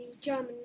German